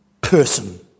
person